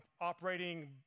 operating